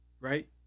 right